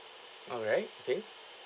alright okay